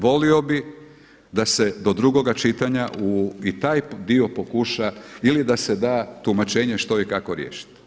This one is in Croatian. Volio bih da se do drugoga čitanja i taj dio pokuša ili da se da tumačenje što i kako riješiti.